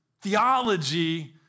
theology